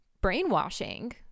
brainwashing